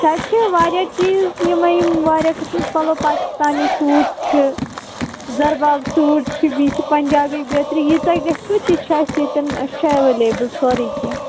اَسہِ حظ چھِ واریاہ چیٖز یمے یِم واریاہ قٕسمٕکۍ پَلَو پاکِستانی سوٗٹ چھِ زَرباب سوٗٹ چھِ بیٚیہِ چھِ پَنٛجابی بیٚترِ یہِ تۄہہِ گَژھوٕ تہِ چھُ اَسہِ ییٚتن اَسہِ چھُ ایٚویلیبُل سورُے کیٚنٛہہ